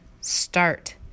start